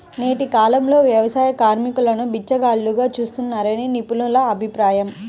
నేటి కాలంలో వ్యవసాయ కార్మికులను బిచ్చగాళ్లుగా చూస్తున్నారని నిపుణుల అభిప్రాయం